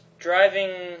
Driving